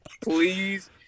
Please